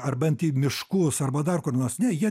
ar bent į miškus arba dar kur nors ne jie